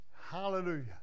Hallelujah